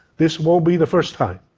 this won't be the first time.